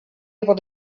able